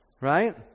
Right